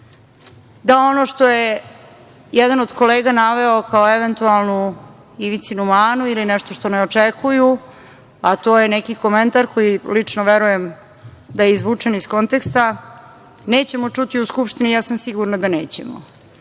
da ono što je jedan od kolega naveo kao eventualnu Ivicinu manu, ili nešto što ne očekuju, a to je neki komentar, koji lično verujem da je izvučen iz konteksta, nećemo čuti u Skupštini, ja sam sigurna da nećemo.